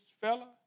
fella